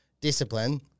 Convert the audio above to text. Discipline